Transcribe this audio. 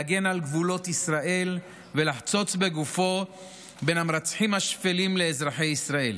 להגן על גבולות ישראל ולחצוץ בגופו בין המרצחים השפלים לאזרחי ישראל.